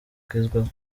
bugezweho